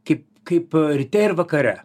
kaip kaip ryte ir vakare